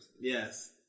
Yes